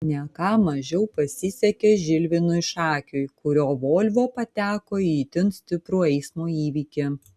ne ką mažiau pasisekė žilvinui šakiui kurio volvo pateko į itin stiprų eismo įvykį